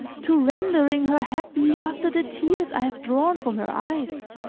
to rendering her happy after the tears i have drawn from her eyes!